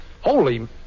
Holy